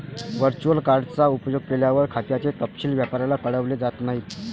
virtual card चा उपयोग केल्यावर, खात्याचे तपशील व्यापाऱ्याला कळवले जात नाहीत